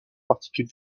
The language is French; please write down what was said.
particules